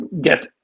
get